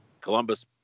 Columbus